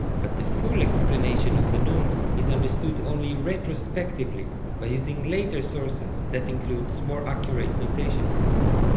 but the full explanation of the neumes is understood only retrospectively by using later sources that include more accurate notation systems.